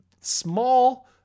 small